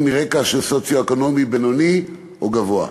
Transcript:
מרקע סוציו-אקונומי בינוני או גבוה,